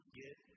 get